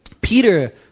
Peter